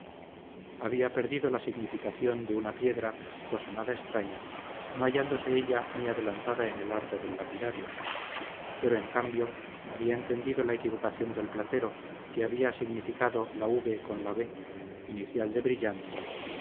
había perdido la significación de una piedra cosa nada extraña no hallándose ella muy adelantada en el arte del lapidario pero en cambio había entendido la equivocación del platero que había significado la v con la b inicial de brillante